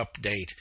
Update